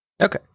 Okay